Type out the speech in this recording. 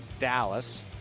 Dallas